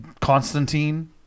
Constantine